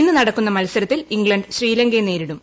ഇന്ന് നടക്കുന്ന മത്സരത്തിൽ ഇംഗ്ലണ്ട് ശ്രീലങ്കയെ നേരിടും